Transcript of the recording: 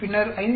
பின்னர் 5